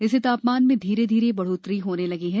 इससे तापमान में धीरे धीरे बढ़ोतरी होने लगी है